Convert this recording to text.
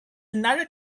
another